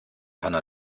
hanna